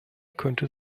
könnte